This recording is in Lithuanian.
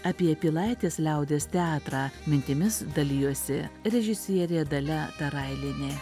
apie pilaitės liaudies teatrą mintimis dalijosi režisierė dalia tarailienė